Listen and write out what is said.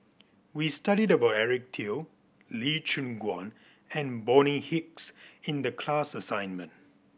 we studied about Eric Teo Lee Choon Guan and Bonny Hicks in the class assignment